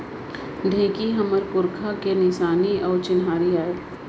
ढेंकी हमर पुरखा के निसानी अउ चिन्हारी आय